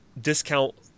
discount